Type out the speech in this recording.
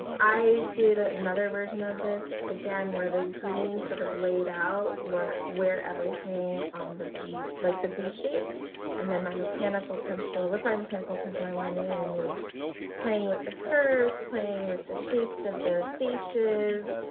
i did another version of this again where the green sort of laid out what where everything on the b, like the b shape and then my mechanical pencil pencil with my mechanical pencil i went in and was playing with the curves playing with the shapes of the faces,